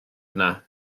yna